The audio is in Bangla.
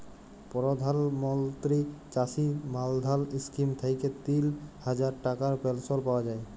পরধাল মলত্রি চাষী মাল্ধাল ইস্কিম থ্যাইকে তিল হাজার টাকার পেলশল পাউয়া যায়